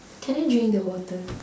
can I drink the water